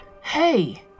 Hey